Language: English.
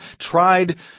tried